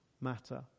matter